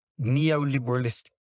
neoliberalist